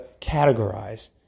categorize